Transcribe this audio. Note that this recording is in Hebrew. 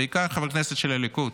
בעיקר חברי הכנסת של הליכוד,